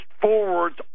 forwards